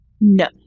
No